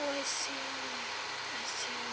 I see I see